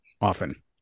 often